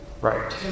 right